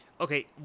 Okay